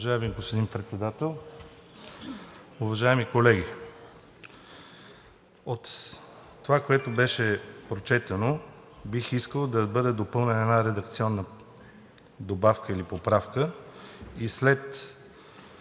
уважаеми колеги! От това, което беше прочетено, бих искал да бъде допълнена една редакционна поправка и след